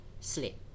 sleep